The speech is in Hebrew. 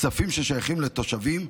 כספים ששייכים לתושבים,